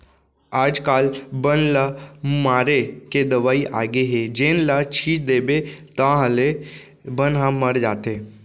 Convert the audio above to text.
आजकाल बन ल मारे के दवई आगे हे जेन ल छिंच देबे ताहाँले बन ह मर जाथे